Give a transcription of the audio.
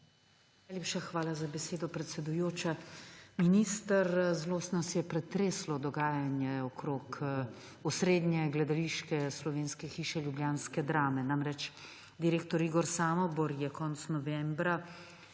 hvala za besedo, predsedujoča. Minister, zelo nas je pretreslo dogajanje okrog osrednje gledališče slovenske hiše ljubljanske Drame. Namreč, direktor Igor Samobor je konec novembra,